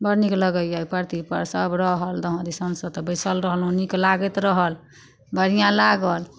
बड़ नीक लगैया ओइ परतिपर सब रहल दसो दिसनसँ तऽ बैसल रहलहुँ नीक लागैत रहल बढ़िआँ लागल